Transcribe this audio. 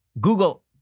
Google